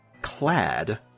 clad